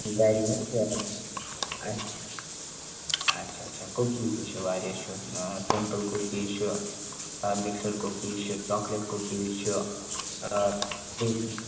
گَری حظ آ اچھا اچھا اچھا کُکیٖز تہِ چھُ واریاہ چھُ سِمپُل کُکیٖز چھِ آ مِکسٕڈ کُکیٖز چھِ چاکلیٹ کُکیٖز چھِ